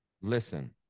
listen